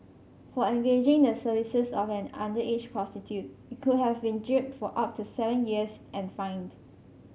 for engaging the services of an underage prostitute he could have been jailed for up to seven years and fined